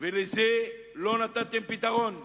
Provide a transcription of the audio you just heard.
ולזה לא נתתם פתרון.